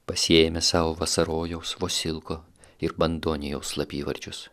pasiėmę sau vasarojaus vosilko ir bandonijos slapyvardžius